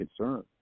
concern